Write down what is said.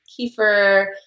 kefir